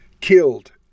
killed